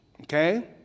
Okay